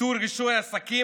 ביטול רישוי עסקים,